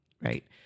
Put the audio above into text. right